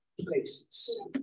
places